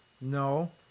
No